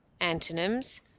Antonyms